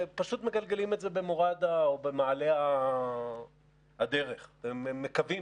ופשוט מגלגלים אותו במורד או במעלה הדרך ומקווים